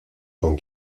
con